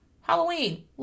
Halloween